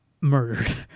murdered